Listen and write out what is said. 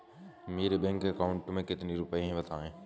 मेरे bank account में कितने रुपए हैं बताएँ?